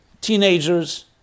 teenagers